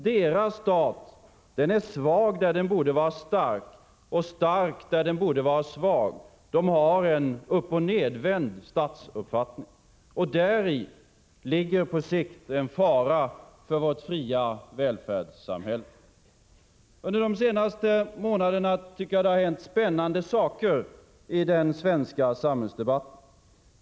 Deras stat är svag där den borde vara stark, och stark där den borde vara svag. De har en uppochnedvänd statsuppfattning. Och däri ligger på sikt en fara för vårt fria välfärdssamhälle. Under de senaste månaderna har det hänt spännande saker i den svenska samhällsdebatten.